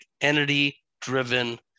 entity-driven